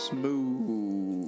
Smooth